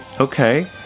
Okay